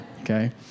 okay